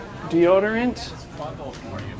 deodorant